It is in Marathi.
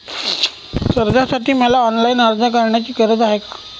कर्जासाठी मला ऑनलाईन अर्ज करण्याची गरज आहे का?